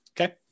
Okay